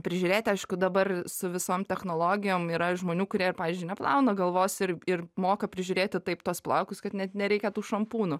prižiūrėti aišku dabar su visom technologijom yra žmonių kurie ir pavyzdžiui neplauna galvos ir ir moka prižiūrėti taip tuos plaukus kad net nereikia tų šampūnų